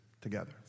together